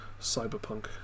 cyberpunk